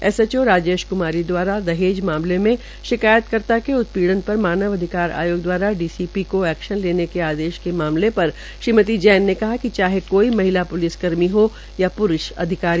SHO Rajesh Kumari द्वारा दहेज मामले में शिकायत कर्ता के उत्पीड़न पर मानव अधिकार आयोग द्वारा डीसीपी को एक्शन लेने के आदेश के मामले पर श्रीमति जैन ने कहा कि चाहे कोई महिला प्लिसकर्मी हो या प्रूष या कोई अधिकारी